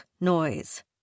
noise